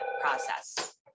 process